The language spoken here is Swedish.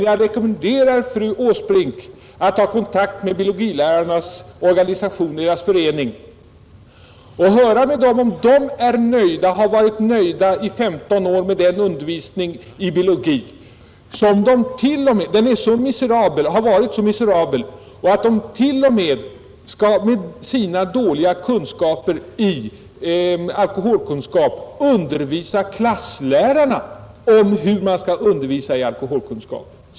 Jag rekommenderar emellertid fru Åsbrink att ta kontakt med Biologilärarnas förening och fråga om dessa lärare varit nöjda med den undervisning som de fått i alkoholkunskap under de senaste 15 åren. Den har varit miserabel. Men trots detta har dessa lärare med sina dåliga kunskaper t.o.m. måst undervisa klasslärarna om hur man skall undervisa i alkoholkunskap.